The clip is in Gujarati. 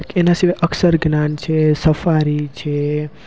એના સિવાય અક્ષર જ્ઞાન છે સફારી છે